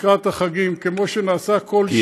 לקראת החגים, כמו שנעשה כל שנה.